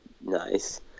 Nice